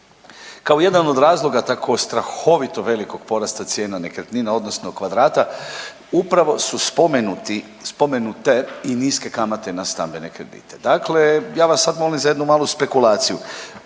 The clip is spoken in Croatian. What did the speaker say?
Kao jedan od razloga tako strahovito velikog porasta cijena nekretnina odnosno kvadrata upravo su spomenuti, spomenute i niske kamate na stambene kredite, dakle ja vas sad molim za jednu malu spekulaciju.